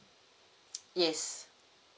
yes